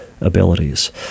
abilities